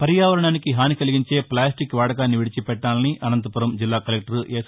పర్యావరణానికి హాని కలిగించే ప్లాస్టిక్ వాడకాన్ని విడిచిపెట్టాలని అనంతపురం జిల్లా కలెక్టరు ఎస్